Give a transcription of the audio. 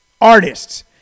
artists